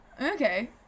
Okay